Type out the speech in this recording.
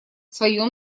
своем